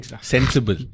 sensible